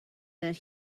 that